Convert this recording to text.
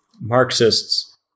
Marxists